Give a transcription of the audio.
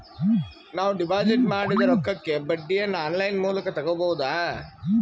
ನಾವು ಡಿಪಾಜಿಟ್ ಮಾಡಿದ ರೊಕ್ಕಕ್ಕೆ ಬಡ್ಡಿಯನ್ನ ಆನ್ ಲೈನ್ ಮೂಲಕ ತಗಬಹುದಾ?